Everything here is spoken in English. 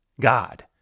God